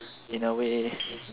in a way